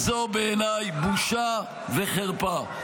זאת בעיניי בושה וחרפה.